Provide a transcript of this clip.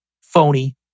phony